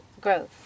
growth